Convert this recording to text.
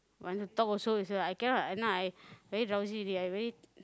want to talk also is I cannot now I very drowsy already I very